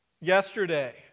yesterday